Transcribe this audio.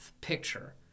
picture